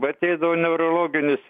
ateidavo neurologinis